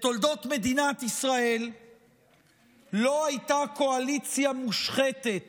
בתולדות מדינת ישראל לא הייתה קואליציה מושחתת